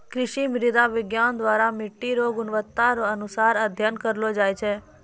कृषि मृदा विज्ञान द्वरा मट्टी रो गुणवत्ता रो अनुसार अध्ययन करलो जाय छै